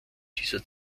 dieser